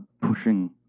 pushing